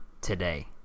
Today